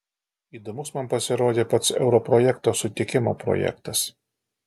įdomus man pasirodė pats euro projekto sutikimo projektas